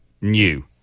new